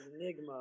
enigma